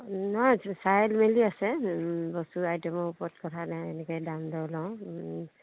মেলি আছে বস্তু আইটেমৰ ওপৰত কথা ন এনেকে দাম দৰ লওঁ